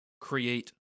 create